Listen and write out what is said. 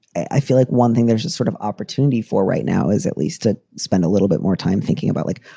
i feel like one thing there's just sort of opportunity for right now is at least to spend a little bit more time thinking about, like,